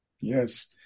Yes